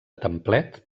templet